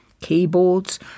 keyboards